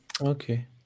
okay